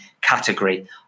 category